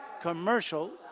commercial